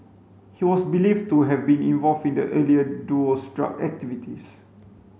he was believed to have been involved in the earlier duo's drug activities